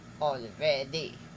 already